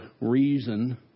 reason